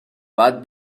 باید